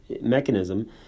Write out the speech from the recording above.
mechanism